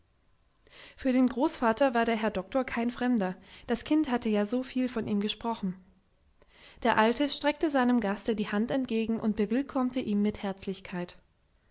für den großvater war der herr doktor kein fremder das kind hatte ja so viel von ihm gesprochen der alte streckte seinem gaste die hand entgegen und bewillkommte ihn mit herzlichkeit